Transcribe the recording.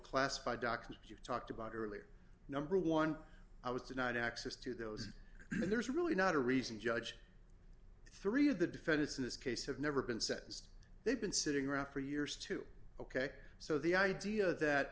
classified documents you talked about earlier number one i was denied access to those and there's really not a reason judge three of the defendants in this case have never been says they've been sitting around for years too ok so the idea that